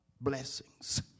blessings